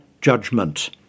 judgment